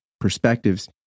perspectives